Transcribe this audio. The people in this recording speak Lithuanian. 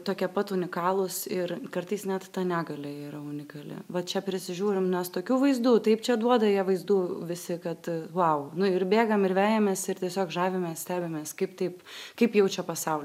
tokie pat unikalūs ir kartais net ta negalia yra unikali va čia prisižiūrim mes tokių vaizdų taip čia duoda jie vaizdų visi kad vau nu ir bėgam ir vejamės ir tiesiog žavimės stebimės kaip taip kaip jaučia pasaulį